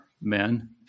men